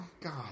God